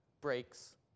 breaks